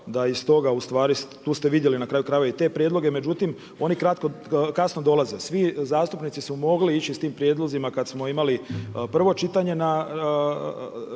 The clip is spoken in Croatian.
da iz toga ustvari, tu ste vidjeli na kraju i te prijedloge, međutim oni kasno dolaze. Svi zastupnici su mogli ići sa tim prijedlozima kad smo imali prvo čitanje na